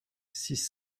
six